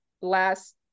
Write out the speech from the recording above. last